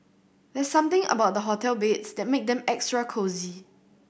there's something about hotel beds that make them extra cosy